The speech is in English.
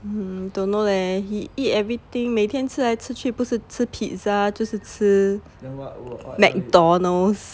hmm don't know leh he eat everything 每天吃来吃去不是吃 pizza 就是吃 MacDonalds